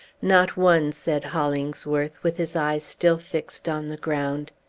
not one, said hollingsworth, with his eyes still fixed on the ground.